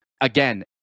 again